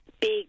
big